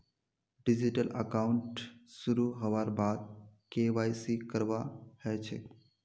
digital account शुरू हबार बाद के.वाई.सी करवा ह छेक